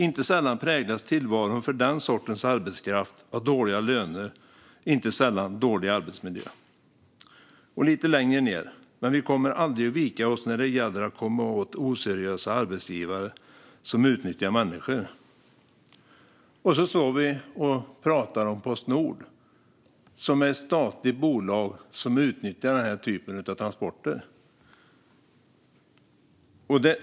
Inte sällan präglas tillvaron för den sortens arbetskraft av dåliga löner och inte sällan dålig arbetsmiljö." Lite längre ned står det: "Men vi kommer aldrig att vika oss när det gäller att komma åt oseriösa arbetsgivare som utnyttjar människor." Nu står vi och talar om Postnord, som är ett statligt bolag som utnyttjar den här typen av transporter.